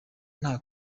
nta